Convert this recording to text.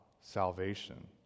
salvation